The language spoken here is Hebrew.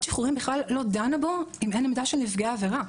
שחרורים בכלל לא דנה בהם אם אין עמדה של נפגעי העבירה.